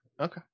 Okay